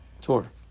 tour